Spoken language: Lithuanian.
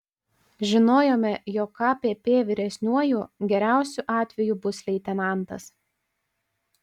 žinojome jog kpp vyresniuoju geriausiu atveju bus leitenantas